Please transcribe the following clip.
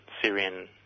Syrian